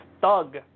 thug